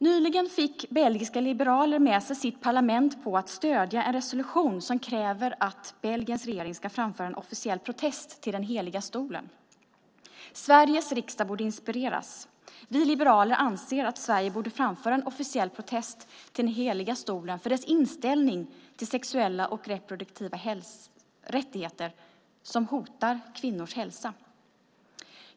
Nyligen fick belgiska liberaler med sig sitt parlament på att stödja en resolution som kräver att Belgiens regering ska framföra en officiell protest till Heliga Stolen. Sveriges riksdag borde inspireras. Vi liberaler anser att Sverige borde framföra en officiell protest till Heliga stolen för dess inställning till sexuella och reproduktiva rättigheter som hotar kvinnors hälsa.